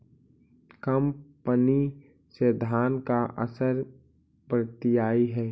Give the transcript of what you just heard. कम पनी से धान पर का असर पड़तायी?